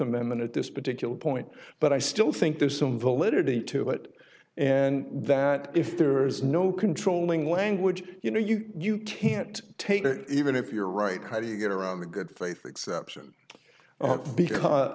amendment at this particular point but i still think there's some validity to it and that if there is no controlling language you know you you can't take that even if you're right how do you get around the good faith exception because